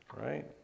Right